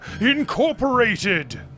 incorporated